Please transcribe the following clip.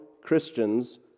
Christians